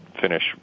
finish